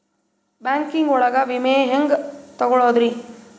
Banking ಒಳಗ ವಿಮೆ ಹೆಂಗ್ ತೊಗೊಳೋದ್ರಿ?